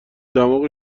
دماغ